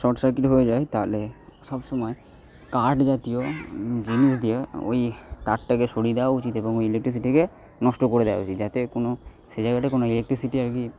short circuit হয়ে যায় তাহলে সবসময় কাঠ জাতীয় জিনিস দিয়ে ওই তারটাকে সরিয়ে দেওয়া উচিত এবং ইলেকট্রিসিটিকে নষ্ট করে দেওয়া উচিত যাতে কোনো সে জায়গাতে কোনো ইলেকট্রিসিটি আর কি